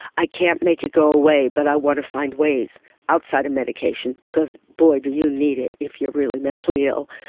i can't make it go away but i want to find ways outside of medication, because, boy, do you need it if you are really mentally ill.